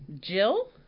Jill